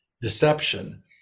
deception